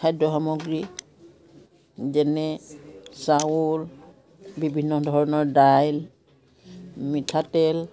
খাদ্য সামগ্ৰী যেনে চাউল বিভিন্ন ধৰণৰ দাইল মিঠাতেল